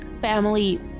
family